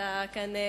אתה כאן,